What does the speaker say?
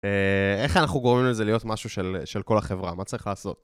איך אנחנו גורמים לזה להיות משהו של כל החברה? מה צריך לעשות?